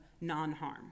non-harm